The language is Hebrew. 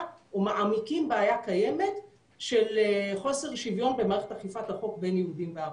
ומעמיקים בעיה קיימת של חוסר שוויון במערכת אכיפת החוק בין יהודים וערבים.